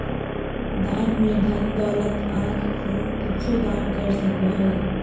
दान में धन दौलत आँख खून कुछु दान कर सको हइ